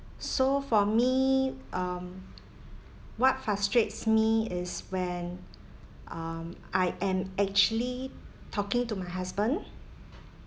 so for me um what frustrates me is when um I am actually talking to my husband